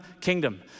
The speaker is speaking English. kingdom